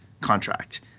contract